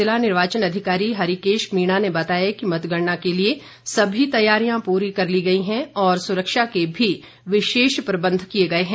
जिला निर्वाचन अधिकारी हरिकेष मीणा ने बताया कि मतगणना के लिए सभी तैयारियां पूरी कर ली गई हैं और सुरक्षा के भी विशेष प्रबंध किए गए हैं